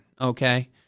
okay